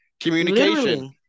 Communication